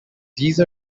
these